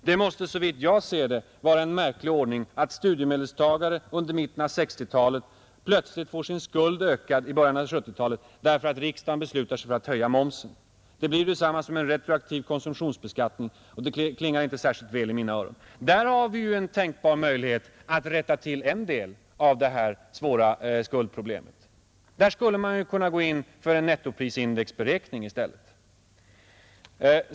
Det måste såvitt jag ser det vara en märklig ordning att studiemedelstagare under mitten av 1960-talet plötsligt får sin skuld ökad i början av 1970-talet därför att riksdagen beslutar sig för att höja momsen. Det blir detsamma som en retroaktiv konsumtionsbeskattning, och det klingar inte särskilt väl i mina öron. Där har vi en tänkbar möjlighet att rätta till en del av det svåra skuldproblemet. Där skulle man kunna gå in för en nettoprisindex beräkning i stället.